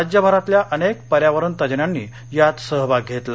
राज्यभरातल्या अनेक पर्यावरण तज्ञांनी यात सहभाग घेतला